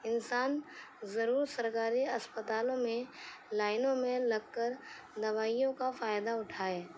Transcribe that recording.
انسان ضرور سرکاری اسپتالوں میں لائنوں میں لگ کر دوائیوں کا فائدہ اٹھائے